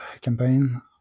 campaign